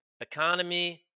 economy